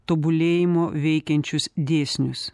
tobulėjimo veikiančius dėsnius